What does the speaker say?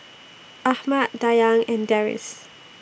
Ahmad Dayang and Deris